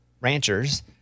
Ranchers